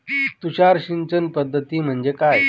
तुषार सिंचन पद्धती म्हणजे काय?